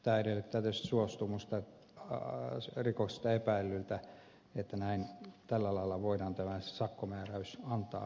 tämä edellyttää tietysti suostumusta erikoisesti epäillyltä että näin tällä lailla voidaan tämä sakkomääräys antaa